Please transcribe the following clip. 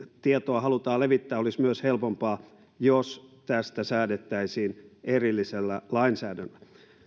tietoa halutaan levittää olisi myös helpompaa jos tästä säädettäisiin erillisellä lainsäädännöllä